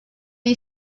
you